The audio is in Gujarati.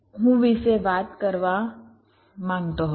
હું આ વિશે વાત કરવા માંગતો હતો